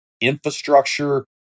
infrastructure